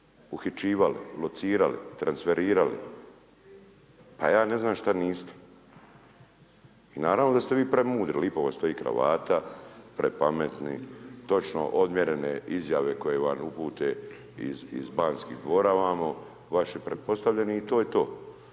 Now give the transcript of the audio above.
uhićivali, locirali, transferirali. Pa ja ne znam što niste. Naravno da ste vi premudri, lipo vam stoji kravata, prepametni, točno odmjerene izjave koje vam upute iz Banskih dvora ovamo vaši pretpostavljeni i to je to,